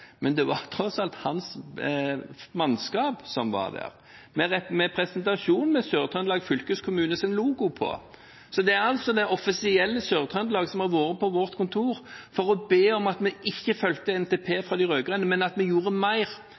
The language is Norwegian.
Men det var tross alt hans mannskap som var der, med presentasjon med Sør-Trøndelag fylkeskommunes logo. Det er altså det offisielle Sør-Trøndelag som har vært på vårt kontor, for å be om at vi ikke skulle følge NTP-en fra de rød-grønne, men at vi skulle gjøre mer.